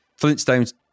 Flintstones